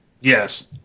Yes